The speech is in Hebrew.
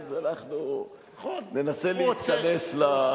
אז, אנחנו ננסה להתכנס למצב הקיים.